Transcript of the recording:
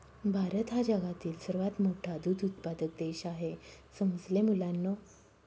भारत हा जगातील सर्वात मोठा दूध उत्पादक देश आहे समजले मुलांनो